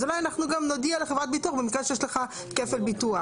אז אולי אנחנו גם נודיע לחברת הביטוח במקרה שיש לך כפל ביטוח.